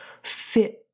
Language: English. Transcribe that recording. fit